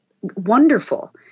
wonderful